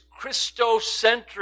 Christocentric